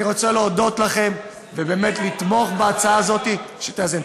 אני רוצה להודות לכם ובאמת לבקש לתמוך בהצעה הזאת שתאזן.